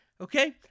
Okay